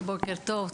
בוקר טוב,